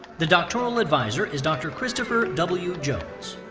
the doctoral advisor is dr. christopher w. jones.